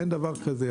אין דבר כזה.